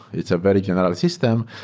it's a very general system.